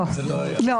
לא.